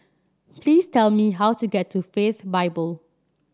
please tell me how to get to Faith Bible